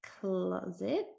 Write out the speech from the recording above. closet